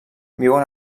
viuen